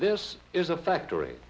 this is a factory